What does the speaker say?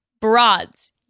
Broads